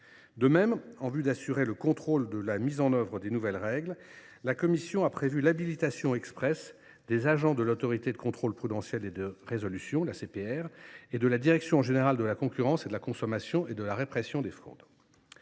De même, en vue d’assurer le contrôle de la mise en œuvre des nouvelles règles, la commission a prévu l’habilitation expresse des agents de l’Autorité de contrôle prudentiel et de résolution et de la direction générale de la concurrence, de la consommation et de la répression des fraudes.